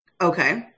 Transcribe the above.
Okay